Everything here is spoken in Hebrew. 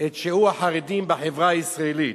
את שיעור החרדים בחברה הישראלית.